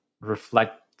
reflect